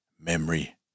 Memory